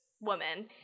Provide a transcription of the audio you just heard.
woman